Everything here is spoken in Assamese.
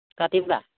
কাটিবা